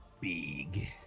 Big